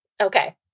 Okay